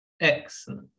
Excellent